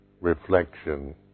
reflection